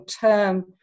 term